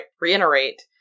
reiterate